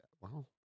Wow